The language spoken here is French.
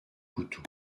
couteau